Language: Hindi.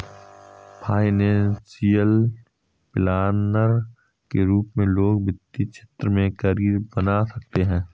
फाइनेंशियल प्लानर के रूप में लोग वित्तीय क्षेत्र में करियर बना सकते हैं